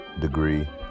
degree